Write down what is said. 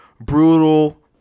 brutal